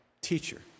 teacher